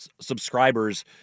subscribers